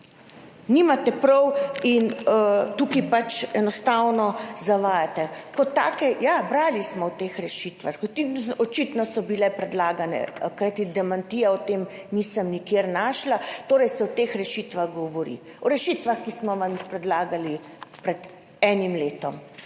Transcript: Nimate prav! Tukaj pač enostavno zavajate. Ja, brali smo o teh rešitvah, očitno so bile predlagane, kajti demantija o tem nisem nikjer našla, torej se o teh rešitvah govori, o rešitvah, ki smo vam jih predlagali pred enim letom.